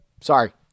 sorry